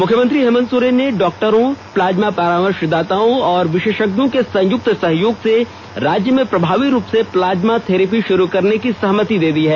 मुख्यमंत्री हेमंत सोरेन ने डॉक्टरों प्लाज्मा परामर्शदाताओं और विशेषज्ञों के संयुक्त सहयोग से राज्य में प्रभावी रूप से प्लाज्मा थेरेपी शुरू करने की सहमति दे दी है